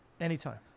anytime